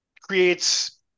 creates